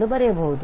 ಎಂದು ಬರೆಯಬಹುದು